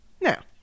Now